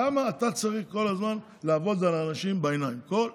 למה אתה צריך כל הזמן לעבוד על האנשים בעיניים כל היום?